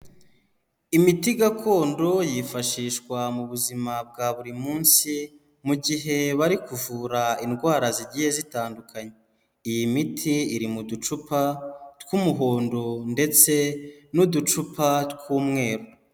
Imiti gakondo yifashishwa mu buzima bwa buri munsi, mu gihe bari kuvura indwara zigiye zitandukanye, iyi miti iri mu ducupa tw'umuhondo ndetse n'uducupa tw'umweru.